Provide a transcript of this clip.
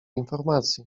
informacji